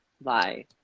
Bye